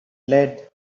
lead